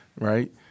right